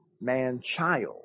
man-child